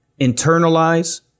internalize